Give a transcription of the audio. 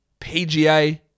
PGA